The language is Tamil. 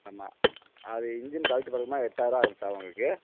ஆமாம் அது இஞ்சின் கழட்டி பார்க்கணும்னா எட்டாயிரம் ரூபா ஆகும் சார் உங்களுக்கு